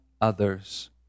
others